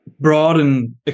Broaden